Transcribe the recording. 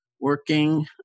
working